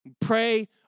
Pray